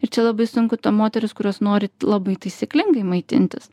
ir čia labai sunku tom moteris kurios nori labai taisyklingai maitintis